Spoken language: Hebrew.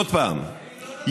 עוד פעם,